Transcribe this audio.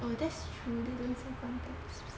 oh that's true don't sell contacts